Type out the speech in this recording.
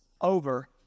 over